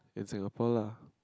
in Singapore lah